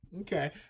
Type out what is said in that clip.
Okay